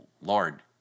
Lord